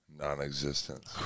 non-existent